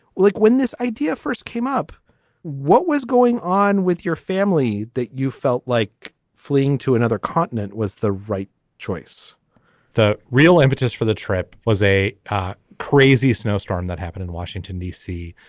look when this idea first came up what was going on with your family that you felt like fleeing to another continent was the right choice the real impetus for the trip was a crazy snowstorm that happened in washington d c.